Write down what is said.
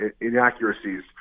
inaccuracies